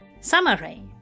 Summary